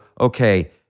okay